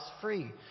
free